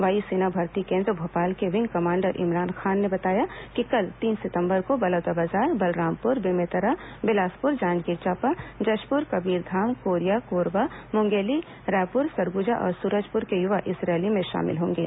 वायु सेना भर्ती केन्द्र भोपाल के विंग कमांडर इमरान खान ने बताया कि कल तीन सितंबर को बलौदाबाजार बलरामपुर बेमेतरा बिलासपुर जांजगीर चांपा जशपुर कबीरधाम कोरिया कोरबा मुंगेली रायपुर सरगुजा और सूरजपुर के युवा इस रैली में शामिल होंगे